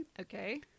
Okay